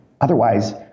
Otherwise